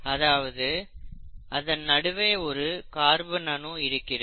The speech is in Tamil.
அதாவது இதன் நடுவே ஒரு கார்பன் அணு இருக்கிறது